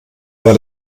weil